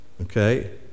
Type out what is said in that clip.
Okay